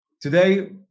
Today